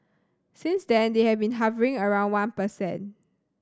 since then they have been hovering around one per cent